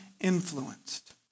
influenced